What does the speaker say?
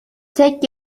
take